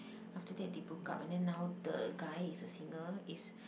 after that they broke up and then now the guy is a singer is